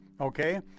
Okay